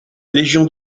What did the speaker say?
légion